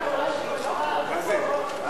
התשע"א 2011,